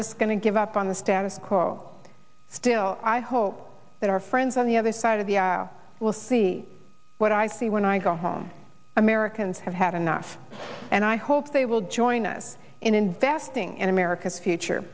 just going to give up on the status quo still i hope that our friends on the other side of the aisle will see what i see when i go home americans have had enough and i hope they will join us in investing in america's future